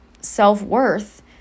self-worth